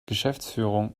geschäftsführung